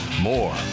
more